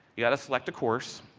yeah the selective course,